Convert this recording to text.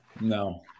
No